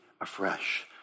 afresh